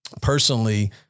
personally